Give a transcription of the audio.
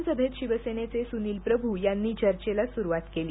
विधानसभेत शिवसेनेचे सूनील प्रभू यांनी चर्चेला सुरुवात केली